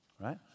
right